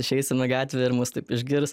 išeisim į gatvę ir mus taip išgirs